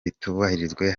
bitubahirijwe